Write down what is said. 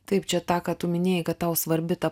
taip čia tą ką tu minėjai kad tau svarbi ta